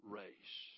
race